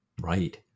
Right